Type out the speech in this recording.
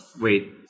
Wait